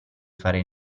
fare